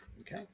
Okay